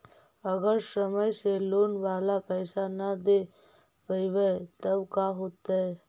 अगर समय से लोन बाला पैसा न दे पईबै तब का होतै?